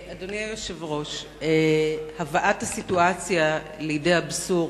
אדוני היושב-ראש, הבאת הסיטואציה לידי אבסורד,